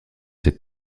cette